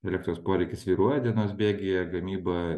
elektros poreikis svyruoja dienos bėgyje gamyba